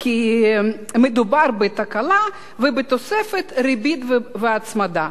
כי מדובר בתקלה, ובתוספת ריבית והצמדה.